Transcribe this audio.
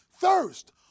thirst